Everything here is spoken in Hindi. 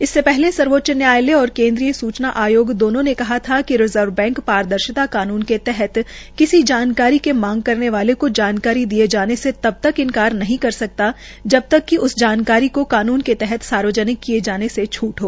इससे पहले सर्वोच्च न्यायालय और केन्द्रीय सूचना आयोग दोनों ने कहा था कि रिज़र्व बैंक पारदर्शिता कानून के तहत किसी जानकरी के मांग करने वाले को जानकारी दिये जाने से तब तक इन्कार नहीं कर सकता जब जक कि उस जानकारी के कानून के तहत सार्वजनिक किये जाने से छूट हो